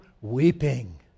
weeping